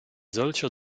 solcher